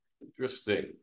Interesting